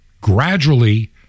gradually